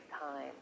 time